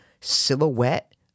silhouette